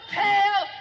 pale